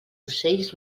ocells